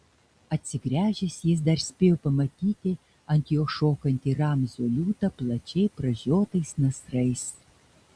atsigręžęs jis dar spėjo pamatyti ant jo šokantį ramzio liūtą plačiai pražiotais nasrais